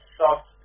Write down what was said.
soft